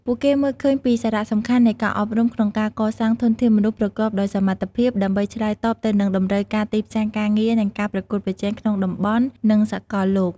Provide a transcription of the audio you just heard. ពួកគេមើលឃើញពីសារៈសំខាន់នៃការអប់រំក្នុងការកសាងធនធានមនុស្សប្រកបដោយសមត្ថភាព ដើម្បីឆ្លើយតបទៅនឹងតម្រូវការទីផ្សារការងារ និងការប្រកួតប្រជែងក្នុងតំបន់ និងសកលលោក។